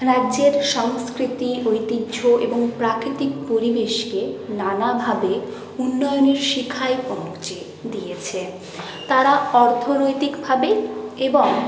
রাজ্যের সংস্কৃতি ঐতিহ্য এবং প্রাকৃতিক পরিবেশকে নানাভাবে উন্নয়নের শিখায় পৌঁছে দিয়েছে তারা অর্থরৈতিকভাবে এবং